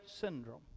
Syndrome